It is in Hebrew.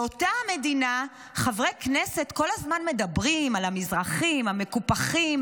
באותה מדינה חברי הכנסת כל הזמן מדברים על המזרחים המקופחים,